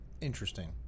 Interesting